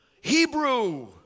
Hebrew